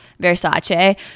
Versace